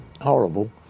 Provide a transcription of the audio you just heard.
horrible